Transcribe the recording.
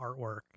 artwork